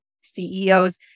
CEOs